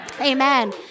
Amen